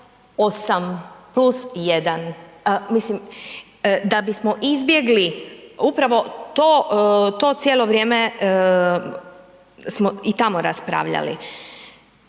8 plus 1. Da bismo izbjegli upravo to cijelo vrijeme smo i tamo raspravljali,